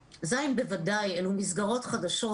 אלה מסגרות חדשות.